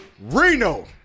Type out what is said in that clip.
Reno